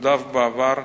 פקודיו בעבר,